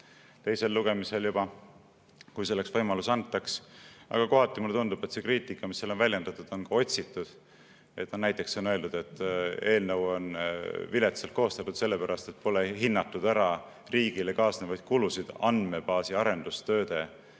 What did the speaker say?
teisel lugemisel, kui selleks võimalus antaks, aga kohati mulle tundub, et see kriitika, mis seal on väljendatud, on ka otsitud. Näiteks on öeldud, et eelnõu on viletsalt koostatud, sellepärast et pole hinnatud ära riigile kaasnevaid kulusid andmebaaside arendustöödega